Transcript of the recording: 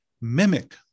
mimic